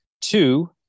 Two